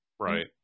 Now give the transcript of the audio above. Right